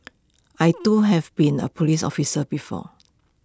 I too have been A Police officer before